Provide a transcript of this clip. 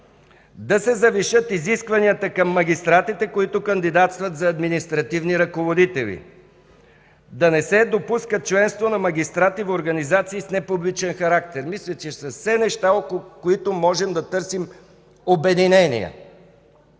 да се завишат изискванията към магистратите, които кандидатстват за административни ръководители, да не се допуска членство на магистрати в организации с непубличен характер – мисля, че са все неща, около които можем да търсим обединение.